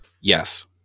Yes